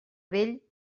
vell